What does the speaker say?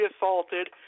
assaulted